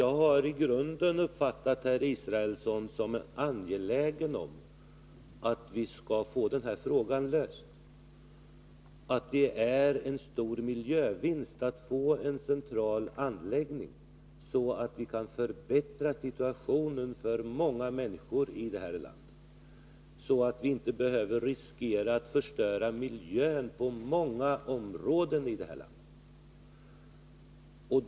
Jag har i grunden uppfattat Per Israelsson som angelägen om att vi skall få den här frågan löst och att vi skall få en central anläggning så att vi kan förbättra situationen för många människor i landet och så att vi inte riskerar att förstöra miljön på många områden.